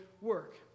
work